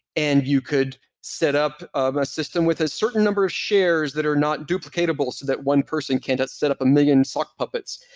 and you could set up a system with a certain number of shares that are not duplicatable, so that one person can't set up a million sock puppets.